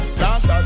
dancers